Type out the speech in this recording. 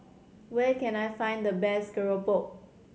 where can I find the best keropok